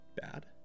Bad